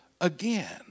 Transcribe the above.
again